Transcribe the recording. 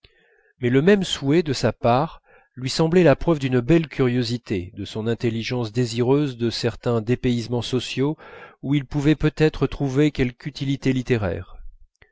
mais le même souhait de sa part lui semblait la preuve d'une belle curiosité de son intelligence désireuse de certains dépaysements sociaux où il pouvait peut-être trouver quelque utilité littéraire